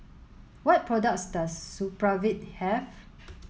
what products does Supravit have